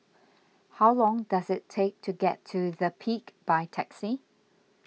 how long does it take to get to the Peak by taxi